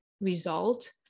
result